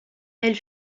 elle